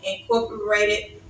incorporated